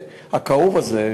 הכאוב הזה.